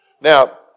Now